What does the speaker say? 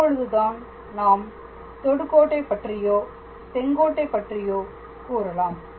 அப்பொழுதுதான் நாம் தொடுக்கோட்டை பற்றியோ செங்கோட்டை பற்றியோ கூறலாம்